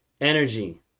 energy